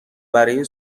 برای